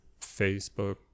Facebook